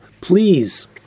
Please